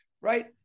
right